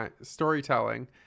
storytelling